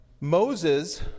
Moses